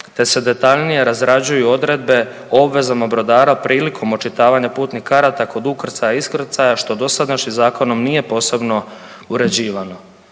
te se detaljnije razrađuju odredbe o obvezama brodara prilikom očitavanja putnih karata kod ukrcaja, iskrcaja što dosadašnjim zakonom nije posebno uređivano.